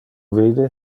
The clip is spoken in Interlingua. vide